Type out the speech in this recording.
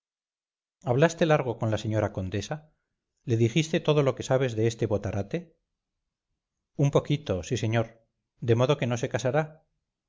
hablaste largo con la señora condesa le dijiste todo lo que sabes de este botarate un poquito sí señor de modo que no se casará